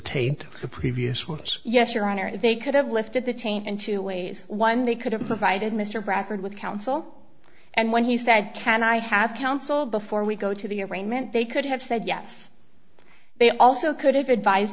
taint the previous words yes your honor they could have lifted the chain in two ways one they could have provided mr bradford with counsel and when he said can i have counsel before we go to the arraignment they could have said yes they also could have advise